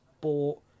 bought